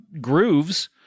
grooves